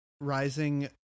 rising